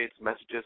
messages